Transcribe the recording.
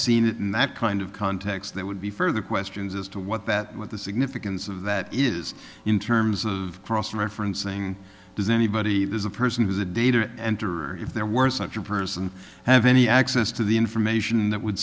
seen it in that kind of context that would be further questions as to what that what the significance of that is in terms of cross referencing does anybody there's a person who's a dater if there were such a person have any access to the information that would